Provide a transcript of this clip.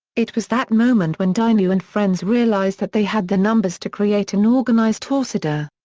it was that moment when dinho and friends realized that they had the numbers to create an organized torcida.